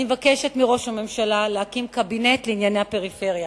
אני מבקשת מראש הממשלה להקים קבינט לענייני הפריפריה.